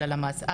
של הלמ"ס.